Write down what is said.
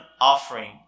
offering